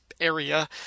area